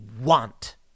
want